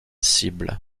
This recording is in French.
cibles